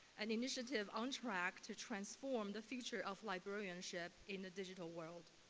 an initiative on track to transform the future of librarianship in the digital world.